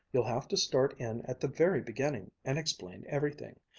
you'll have to start in at the very beginning, and explain everything.